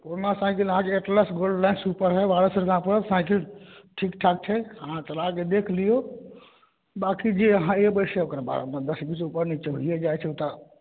पुरना साइकिल अहाँके Atlas Gold Super है बारह सए रुपैआ पड़त साइकिल ठीक ठाक छै अहाँ चलाके देख लियौ बाँकी जे अहाँ अयबै से ओकर बाद दस बीस ऊपर नीचाँ भइये जाइ छै ओ तऽ